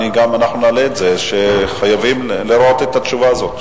אנחנו נעלה את זה שחייבים לראות את התשובה הזאת.